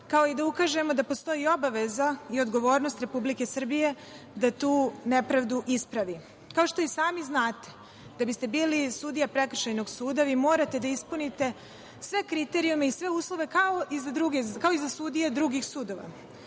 kao i da ukažemo da postoji obaveza i odgovornost Republike Srbije da tu nepravdu ispravi. Kao što i sami znate, da biste bili sudija prekršajnog suda, vi morate da ispunite sve kriterijume i sve uslove kao i za sudije drugih sudova.